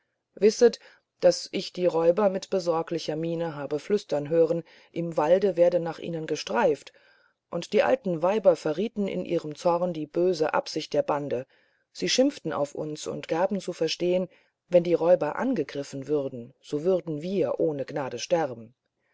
wisset daß ich die räuber mit besorglicher miene habe flüstern hören im wald werde nach ihnen gestreift und die alten weiber verrieten in ihrem zorn die böse absicht der bande sie schimpften auf uns und gaben zu verstehen wenn die räuber angegriffen würden so müssen wir ohne gnade sterben